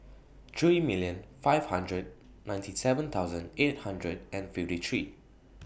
three million five hundred ninety seven thousand eight hundred and fifty three